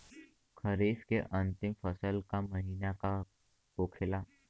खरीफ के अंतिम फसल का महीना का होखेला?